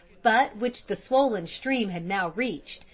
but which the swollen stream had now reached,